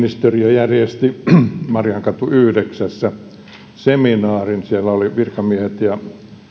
järjesti mariankatu yhdeksässä seminaarin siellä oli virkamiehiä ja